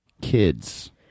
kids